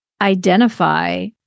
identify